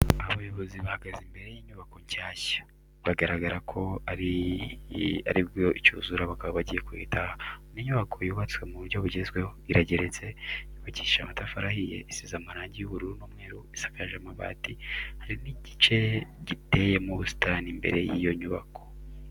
Abayobozi bahagaze imbere y'inyubako nshyashya, bigaragara ko aribwo icyuzura bakaba bagiye kuyitaha. Ni inyubako yubatswe mu buryo bugezweho, irageretse, yubakishije amatafari ahiye, isize amarangi y'ubururu n'umweru, isakaje amabati, hari n'igice giteyemo ubusitani imbere y'iyo nyubako.